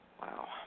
Wow